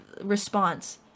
response